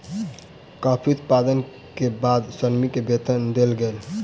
coffee उत्पादन के बाद श्रमिक के वेतन देल गेल